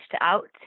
out